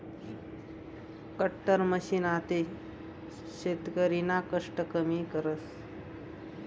cutter machine आते शेतकरीना कष्ट कमी करस